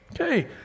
Okay